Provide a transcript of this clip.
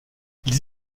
ils